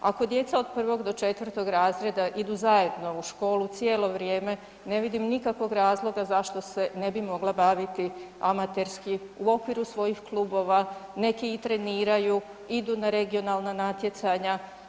Ako djeca od 1. do 4. razreda idu zajedno u školu cijelo vrijeme, ne vidim nikakvog razloga zašto ne bi mogla baviti amaterski, u okviru svojih klubova, neki i treniraju, idu na regionalna natjecanja.